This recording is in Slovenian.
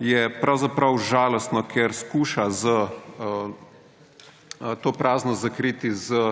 je pravzaprav žalostna, ker skuša to praznost zakriti z